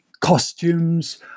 costumes